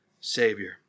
savior